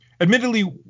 Admittedly